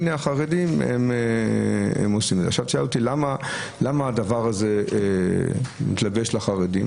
אם תשאל אותי למה הדבר הזה מתלבש על החרדים,